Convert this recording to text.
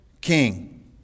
king